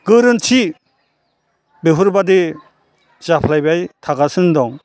गोरोन्थि बेफोेर बायदि जाफ्लायबाय थागासिनो दं